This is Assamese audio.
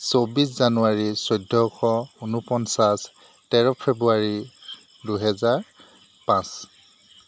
চৌবিছ জানুৱাৰী চৈধ্যশ ঊনপঞ্চাছ তেৰ ফেব্ৰুৱাৰী দুহেজাৰ পাঁচ